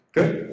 Good